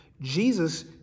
Jesus